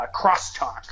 crosstalk